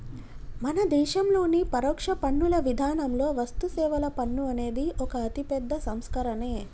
మన దేశంలోని పరోక్ష పన్నుల విధానంలో వస్తుసేవల పన్ను అనేది ఒక అతిపెద్ద సంస్కరనే